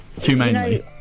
Humanely